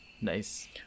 Nice